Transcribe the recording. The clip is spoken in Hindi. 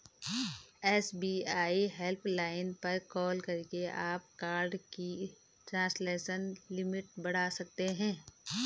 एस.बी.आई हेल्पलाइन पर कॉल करके आप कार्ड की ट्रांजैक्शन लिमिट बढ़ा सकते हैं